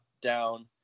down